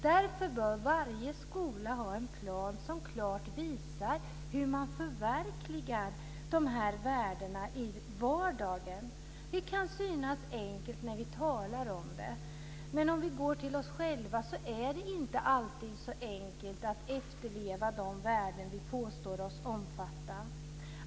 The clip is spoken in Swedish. Därför bör varje skola ha en plan som klart visar hur man förverkligar dessa värden i vardagen. Det kan synas enkelt när vi talar om det, men om vi går till oss själva är det inte alltid så enkelt att efterleva de värden vi påstår oss omfatta.